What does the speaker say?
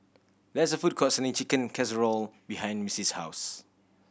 there's a food court selling Chicken Casserole behind Missie's house